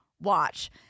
watch